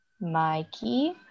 Mikey